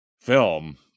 film